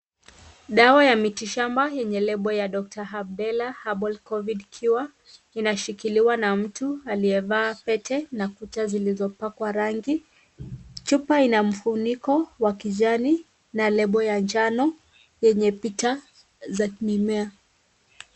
Dawa ya mitishamba yenye label ya Doctor Habdela Herbal Covid cure inashikiliwa na mtu aliyevaa pete na kucha zilizopakwa rangi. Chupa ina mfuniko wa kijani na label ya njano yenye picha za mimea.